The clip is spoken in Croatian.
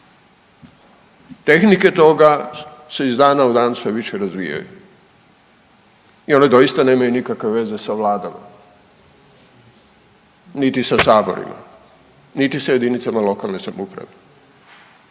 Tehnike toga se iz dana u dan sve više razvijaju i one doista nemaju nikakve veze sa vladama, niti sa saborima, niti sa jedinicama lokalne samouprave.